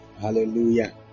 Hallelujah